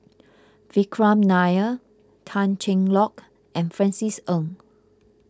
Vikram Nair Tan Cheng Lock and Francis Ng